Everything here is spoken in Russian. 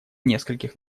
нескольких